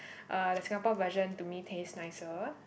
uh the Singapore version to me taste nicer